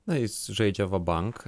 na jis žaidžia va bank